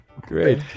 Great